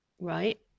right